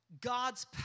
God's